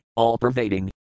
all-pervading